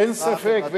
אין ספק,